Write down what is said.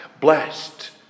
blessed